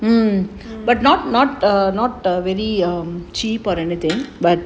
mm